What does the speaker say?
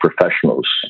professionals